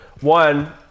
one